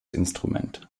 instrument